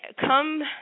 come